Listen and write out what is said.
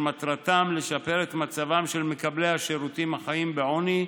מטרתם לשפר את מצבם של מקבלי השירותים החיים בעוני,